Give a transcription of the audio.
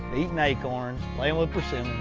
eating acorns, playing with persimmons,